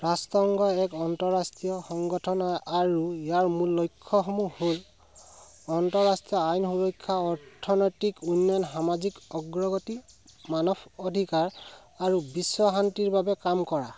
ৰাষ্ট্ৰসংঘৰ এক আন্তঃৰাষ্ট্ৰীয় সংগঠন আৰু ইয়াৰ মূল লক্ষ্যসমূহ হ'ল আন্তঃৰাষ্ট্ৰীয় আইন সুৰক্ষা অৰ্থনৈতিক উন্নয়ন সামাজিক অগ্ৰগতি মানৱ অধিকাৰ আৰু বিশ্ব শান্তিৰ বাবে কাম কৰা